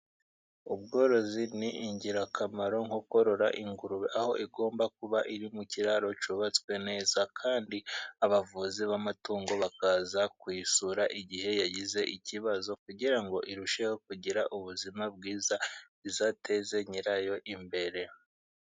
Ubworozi ni ingirakamaro nko korora ingurube, aho igomba kuba iri mu kiraro cyubatswe neza, kandi abavuzi b'amatungo bakaza kuyisura igihe yagize ikibazo, kugira ngo irusheho kugira ubuzima bwiza, izateze nyirayo imbere.